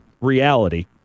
reality